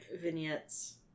vignettes